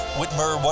Whitmer